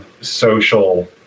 social